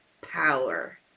power